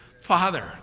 father